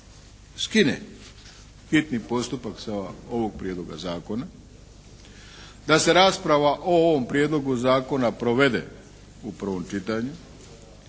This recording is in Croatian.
skine hitni postupak sa ovog prijedloga zakona, da se rasprava o ovom prijedlogu zakona provede u prvom čitanju,